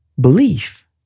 belief